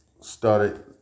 started